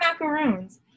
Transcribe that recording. macaroons